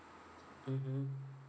mmhmm